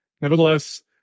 Nevertheless